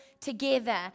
together